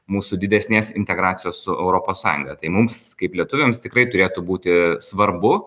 mūsų didesnės integracijos su europos sąjunga tai mums kaip lietuviams tikrai turėtų būti svarbu